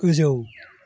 गोजौ